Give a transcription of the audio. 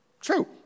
True